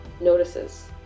notices